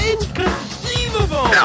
Inconceivable